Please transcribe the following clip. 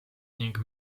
ning